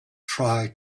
try